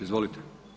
Izvolite.